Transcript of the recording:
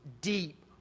deep